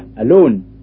alone